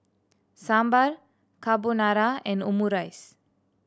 Sambar Carbonara and Omurice